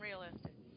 unrealistic